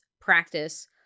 practice